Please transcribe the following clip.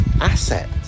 asset